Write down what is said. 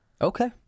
Okay